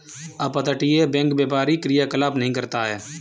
अपतटीय बैंक व्यापारी क्रियाकलाप नहीं करता है